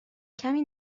کمی